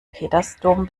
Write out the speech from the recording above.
petersdom